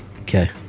Okay